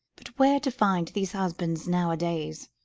but where to find these husbands nowadays?